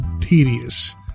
tedious